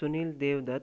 Sunil Devdutt